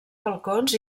balcons